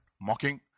mocking